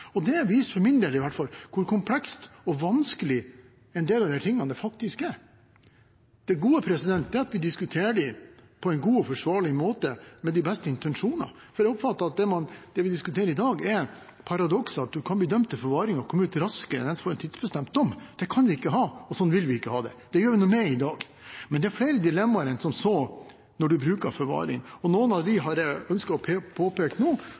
for min del, i hvert fall – hvor komplekst og vanskelig en del av disse tingene faktisk er. Det gode er at vi diskuterer dette på en god og forsvarlig måte, med de beste intensjoner. Jeg oppfatter det slik at det vi diskuterer i dag, er det paradokset at man kan bli dømt til forvaring og komme ut raskere enn den som får en tidsbestemt dom. Slik kan vi ikke ha det, og slik vil vi ikke ha det. Det gjør vi noe med i dag. Men det er flere dilemmaer enn som så når man bruker forvaring. Noen av dem har jeg ønsket å påpeke nå.